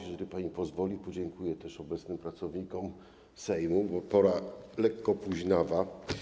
Jeżeli pani pozwoli, podziękuję też obecnym pracownikom Sejmu, bo pora lekko późnawa.